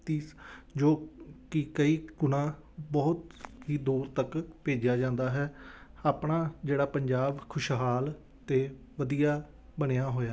ਤੀਸ ਜੋ ਕਿ ਕਈ ਗੁਣਾ ਬਹੁਤ ਹੀ ਦੂਰ ਤੱਕ ਭੇਜਿਆ ਜਾਂਦਾ ਹੈ ਆਪਣਾ ਜਿਹੜਾ ਪੰਜਾਬ ਖੁਸ਼ਹਾਲ ਅਤੇ ਵਧੀਆ ਬਣਿਆ ਹੋਇਆ